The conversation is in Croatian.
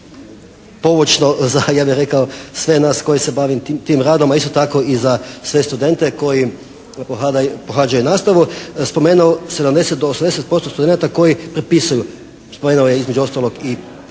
poučno za ja bih rekao sve nas koji se bavim tim radom, a isto tako i za sve studente koji pohađaju nastavu spomenuo 70 do 80 posto studenata koji propisuju … /Govornik se ne razumije./